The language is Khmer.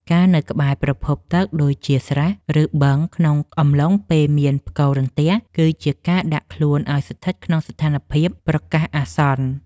ការនៅក្បែរប្រភពទឹកដូចជាស្រះ ឬបឹងក្នុងអំឡុងពេលមានផ្គររន្ទះគឺជាការដាក់ខ្លួនឱ្យស្ថិតក្នុងស្ថានភាពប្រកាសអាសន្ន។